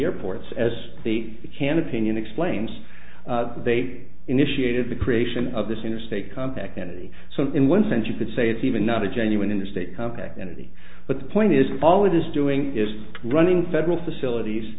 airports as the can opinion explains they initiated the creation of this interstate compact entity so in one sense you could say it's even not a genuine interstate compact entity but the point is all it is doing is running federal facilities